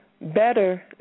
better